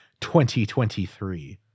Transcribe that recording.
2023